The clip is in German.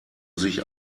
sich